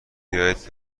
بیاید